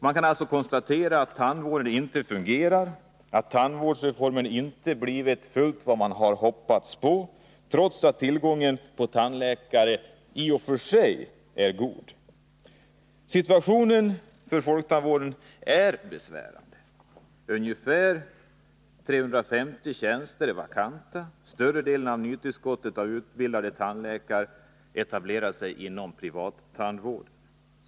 Man kan alltså konstatera att tandvården inte fungerar och att tandvårdsreformen inte blivit fullt ut vad man hoppats på, trots att tillgången på tandläkare i och för sig är god. Situationen för folktandvården är besvärande. Ungefär 350 tjänster är vakanta, och större delen av nytillskottet av utbildade tandläkare etablerar sig inom privattandvården.